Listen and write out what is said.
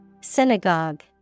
Synagogue